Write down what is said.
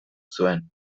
zuen